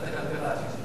ועדת הכלכלה.